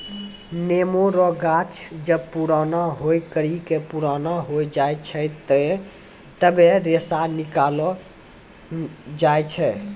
नेमो रो गाछ जब पुराणा होय करि के पुराना हो जाय छै तबै रेशा निकालो जाय छै